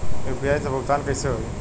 UPI से भुगतान कइसे होहीं?